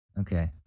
Okay